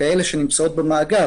כאלה שנמצאת במאגר,